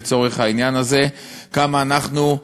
לצורך העניין הזה: כמה אנחנו,